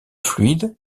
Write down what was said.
fluide